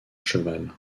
cheval